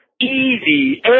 Easy